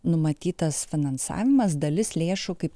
numatytas finansavimas dalis lėšų kaip